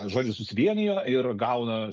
žodžiu susivienijo ir gauna